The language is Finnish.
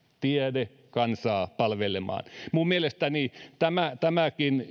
tiede kansaa palvelemaan minun mielestäni tämäkin